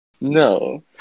No